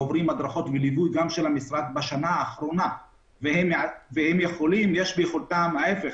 עוברים הדרכות וליווי של המשרד בשנה האחרונה ויש ביכולתם לעזור.